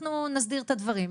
אנחנו נסדיר את הדברים,